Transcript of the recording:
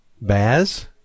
Baz